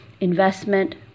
investment